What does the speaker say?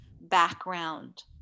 background